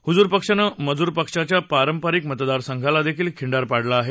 हुजूर पक्षानं मजूर पक्षांच्या पारंपरिक मतदारसंघाला खिंडार पाडलं आहे